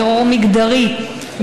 טרור מגדרי,